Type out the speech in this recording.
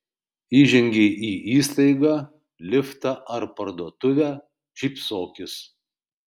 įžengei į įstaigą liftą ar parduotuvę šypsokis